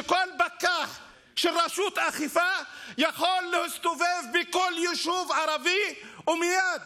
שכל פקח של רשות האכיפה יכול להסתובב בכל יישוב ערבי ומייד